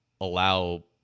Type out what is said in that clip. allow